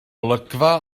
olygfa